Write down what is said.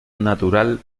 natural